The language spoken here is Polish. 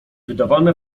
wydawane